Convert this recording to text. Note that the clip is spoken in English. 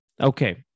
Okay